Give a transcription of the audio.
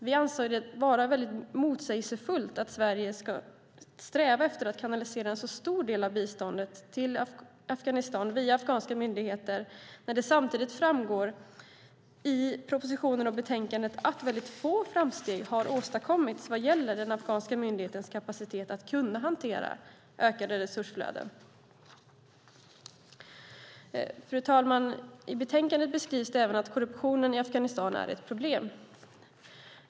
Vi anser det vara väldigt motsägelsefullt att Sverige ska sträva efter att kanalisera en så stor del av biståndet till Afghanistan via afghanska myndigheter, när det samtidigt framgår av propositionen och betänkandet att väldigt få framsteg har åstadkommits vad gäller den afghanska myndighetens kapacitet att hantera ökade resursflöden. Fru talman! I betänkandet beskrivs även att korruptionen i Afghanistan är ett problem.